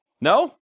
No